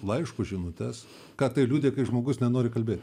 laiškus žinutes kad tai liudija kai žmogus nenori kalbėt